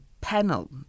panel